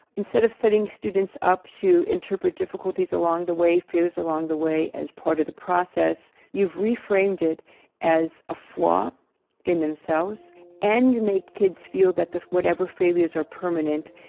instead of setting students up to interpret difficulties along the way, fears along the way as part of the process, you've reframed it as a flaw in themselves and make kids feel that whatever failures are permanent.